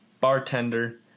bartender